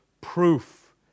proof